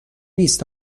نیست